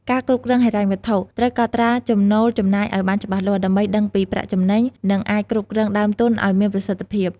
ការគ្រប់គ្រងហិរញ្ញវត្ថុ ត្រូវកត់ត្រាចំណូលចំណាយឱ្យបានច្បាស់លាស់ ដើម្បីដឹងពីប្រាក់ចំណេញ និងអាចគ្រប់គ្រងដើមទុនឱ្យមានប្រសិទ្ធភាព។